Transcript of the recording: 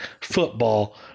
football